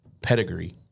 pedigree